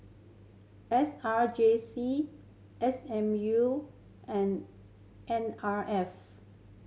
S R J C S M U and N R F